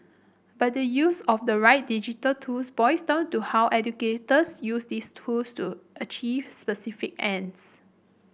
but the use of the right digital tools boils down to how educators use these tools to achieve specific ends